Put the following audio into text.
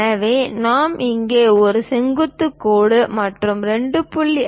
எனவே நாம் இங்கே ஒரு செங்குத்து கோடு மற்றும் 2